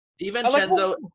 Divincenzo